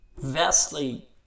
vastly